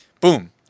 Boom